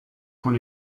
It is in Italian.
con